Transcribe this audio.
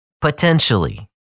Potentially